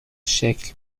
شکل